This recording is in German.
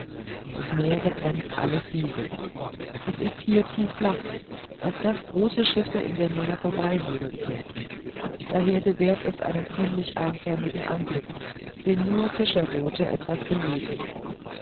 das meer begrenzt alles dieses es ist hier zu flach als daß große schiffe in der nähe vorbeisegeln könnten daher gewährt es einen ziemlich einförmigen anblick den nur fischerboote etwas beleben